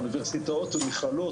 אוניברסיטאות ומכללות,